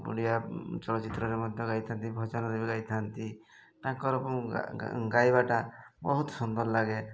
ଓଡ଼ିଆ ଚଳଚ୍ଚିତ୍ରରେ ମଧ୍ୟ ଗାଇଥାନ୍ତି ଭଜନରେ ବି ଗାଇଥାନ୍ତି ତାଙ୍କର ଗାଇବାଟା ବହୁତ ସୁନ୍ଦର ଲାଗେ